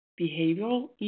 behavioral